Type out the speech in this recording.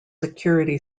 security